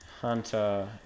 hunter